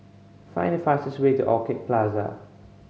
find the fastest way to Orchid Plaza